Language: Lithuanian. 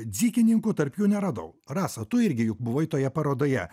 dzykininkų tarp jų neradau rasa tu irgi juk buvai toje parodoje